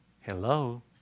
hello